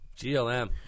GLM